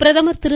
பிரதமர் திரு